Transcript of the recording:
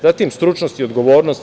Zatim, stručnost i odgovornost.